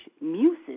muses